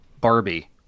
Barbie